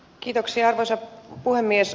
arvoisa puhemies